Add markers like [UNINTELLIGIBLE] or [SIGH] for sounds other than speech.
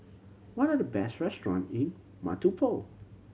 what are the best restaurant in [UNINTELLIGIBLE]